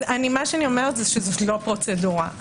זו לא פרוצדורה.